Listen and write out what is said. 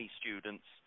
students